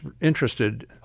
interested